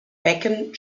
becken